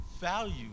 value